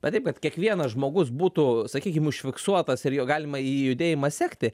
va taip kad kiekvienas žmogus būtų sakykim užfiksuotas ir jo galima jį judėjimą sekti